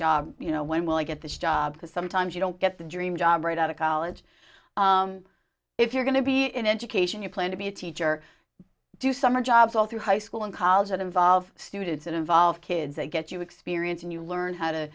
job you know when will i get the job because sometimes you don't get the dream job right out of college if you're going to be in education you plan to be a teacher do summer jobs all through high school and college that involve students and involve kids they get you experience and you learn how to